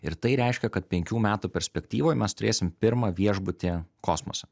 ir tai reiškia kad penkių metų perspektyvoj mes turėsim pirmą viešbutį kosmose